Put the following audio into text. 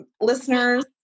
listeners